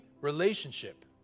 relationship